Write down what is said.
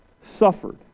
suffered